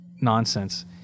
nonsense